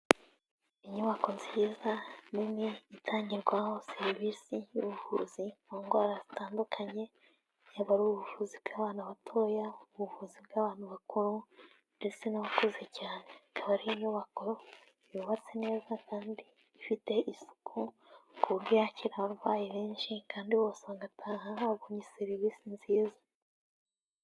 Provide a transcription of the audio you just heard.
Inyubako nziza nini itangirwaho serivisi y'ubuvuzi mu ndwara zitandukanye, yaba ari ubuvuzi bw'abana batoya, ubuvuzi bw'abantu bakuru, ndetse n'abakuze cyane, ikaba ari inyubako yubatse neza kandi ifite isuku, ku buryo yakira abarwayi benshi, kandi bose bagataha babonye serivisi nziza.